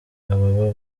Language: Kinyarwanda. ababa